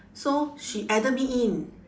so she added me in